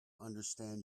understand